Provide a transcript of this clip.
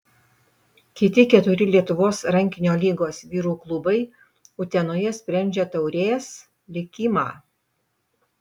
kiti keturi lietuvos rankinio lygos vyrų klubai utenoje sprendžia taurės likimą